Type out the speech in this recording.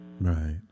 Right